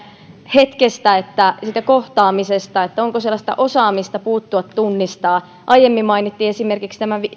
hetkestä siitä kohtaamisesta että onko sellaista osaamista puuttua tunnistaa aiemmin mainittiin esimerkiksi tämä